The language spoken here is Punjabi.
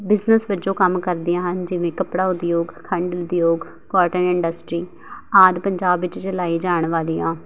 ਬਿਜਨਸ ਵਜੋਂ ਕੰਮ ਕਰਦੀਆਂ ਹਨ ਜਿਵੇਂ ਕੱਪੜਾ ਉਦਯੋਗ ਖੰਡ ਉਦਯੋਗ ਕੋਟਨ ਇੰਡਸਟਰੀ ਆਦਿ ਪੰਜਾਬ ਵਿੱਚ ਚਲਾਈ ਜਾਣ ਵਾਲੀਆਂ